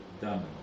done